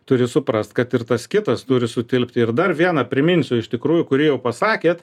turi suprast kad ir tas kitas turi sutilpti ir dar vieną priminsiu iš tikrųjų kurį jau pasakėt